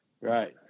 Right